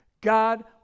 God